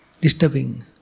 disturbing